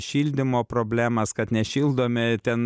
šildymo problemas kad nešildomi ten